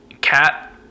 Cat